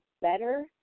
better